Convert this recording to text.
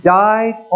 died